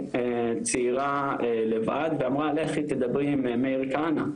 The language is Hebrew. צעירה לבד ואמרה לכי תדברי עם מאיר כהנא.